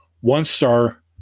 One-star